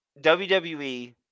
WWE